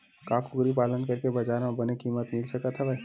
का कुकरी पालन करके बजार म बने किमत मिल सकत हवय?